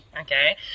okay